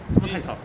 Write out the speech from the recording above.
不太嘈